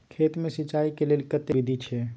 खेत मे सिंचाई के लेल कतेक तरह के विधी अछि?